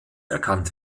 erkannt